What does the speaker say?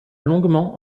longuement